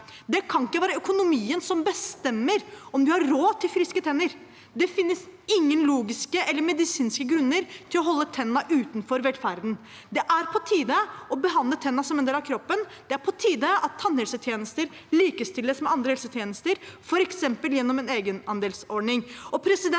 Det kan ikke være økonomien som bestemmer om vi har råd til friske tenner. Det finnes ingen logiske eller medisinske grunner til å holde tennene utenfor velferden. Det er på tide å behandle tennene som en del av kroppen. Det er på tide at tannhelsetjenester likestilles med andre helsetjenester, f.eks. gjennom en egenandelsordning.